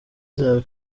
zawe